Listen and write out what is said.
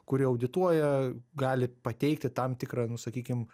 kuri audituoja gali pateikti tam tikrą nu sakykim